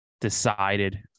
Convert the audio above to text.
decided